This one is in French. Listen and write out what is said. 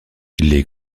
les